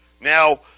Now